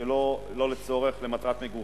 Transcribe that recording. שלא לצורך למטרת מגורים,